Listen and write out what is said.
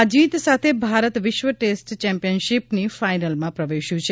આ જીત સાથે ભારત વિશ્વ ટેસ્ટ ચેમ્પિયનશીપની ફાઇનલમાં પ્રવેશ્યું છે